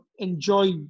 Enjoy